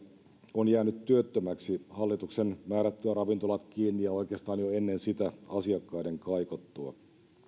on jäänyt työttömäksi hallituksen määrättyä ravintolat kiinni ja oikeastaan jo ennen sitä asiakkaiden kaikottua